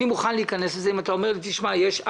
אני מוכן להיכנס לזה אם אתה אומר לי שיש א',